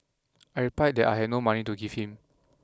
I replied that I had no money to give him